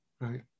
Right